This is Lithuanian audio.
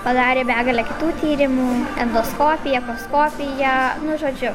padarė begalę kitų tyrimų endoskopiją echoskopiją nu žodžiu